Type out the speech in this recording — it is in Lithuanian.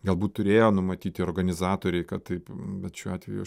galbūt turėjo numatyti organizatoriai kad taip bet šiuo atveju aš